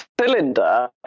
cylinder